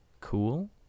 cool